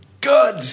good